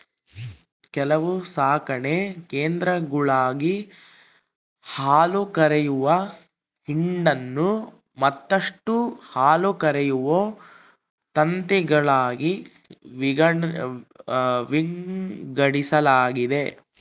ಕೆಲವು ಸಾಕಣೆ ಕೇಂದ್ರಗುಳಾಗ ಹಾಲುಕರೆಯುವ ಹಿಂಡನ್ನು ಮತ್ತಷ್ಟು ಹಾಲುಕರೆಯುವ ತಂತಿಗಳಾಗಿ ವಿಂಗಡಿಸಲಾಗೆತೆ